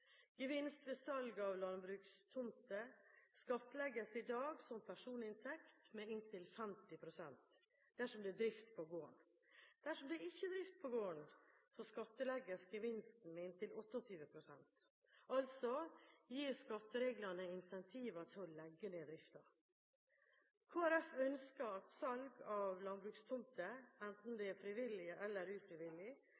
Gevinst ved salg av landbrukstomter skattlegges i dag som personinntekt med inntil 50 pst. dersom det er drift på gården. Dersom det ikke er drift på gården, skattlegges gevinsten med inntil 28 pst. Altså gir skattereglene incentiver til å legge ned driften. Kristelig Folkeparti ønsker at salg av landbrukstomter, enten